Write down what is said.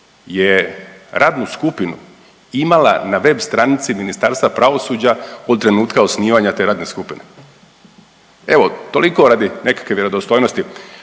je radnu skupinu imala na web stranici Ministarstva pravosuđa od trenutka osnivanja te radne skupine. Evo toliko radi nekakve vjerodostojnosti,